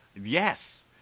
Yes